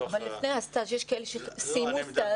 לפני ההתמחות, יש כאלה שסיימו התמחות.